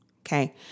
Okay